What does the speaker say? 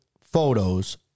photos